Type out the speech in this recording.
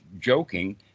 joking